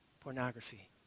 Pornography